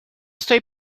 estoy